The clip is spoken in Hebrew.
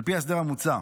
על פי ההסדר המוצע,